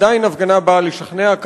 עדיין הפגנה באה לשכנע.